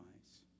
eyes